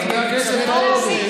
אבל חבר הכנסת הורוביץ,